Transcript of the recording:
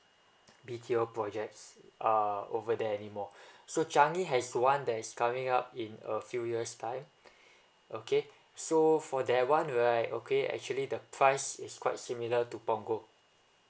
B_T_O projects uh over there anymore so changi has one that is coming up in a few years time okay so for that [one] right okay actually the price is quite similar to punggol